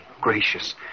gracious